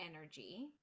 energy